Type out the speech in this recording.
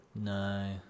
No